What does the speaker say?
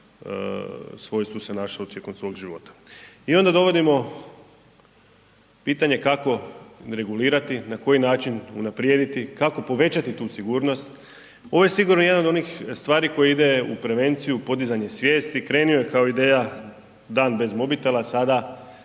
svojstvu se našao tijekom svog života. I onda dovodimo u pitanje kako regulirati, na koji način unaprijediti, kako povećati tu sigurnost. Ovo je sigurno jedna od onih stvari koja ide u prevenciju, podizanje svijesti, krenuo je kao ideja Dan bez mobitela a sada